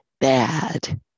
bad